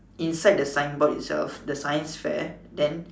inside the sign board itself the science fair then